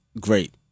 great